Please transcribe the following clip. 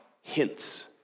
hints